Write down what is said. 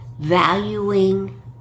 valuing